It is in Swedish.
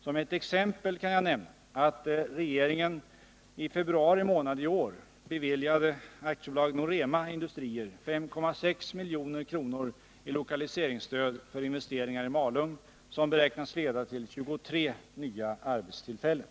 Som ett exempel kan jag nämna att regeringen i februari månad i år beviljade AB Norema Industrier 5,6 milj.kr. i lokaliseringsstöd för investeringar i Malung som beräknas leda till 23 nya arbetstillfällen.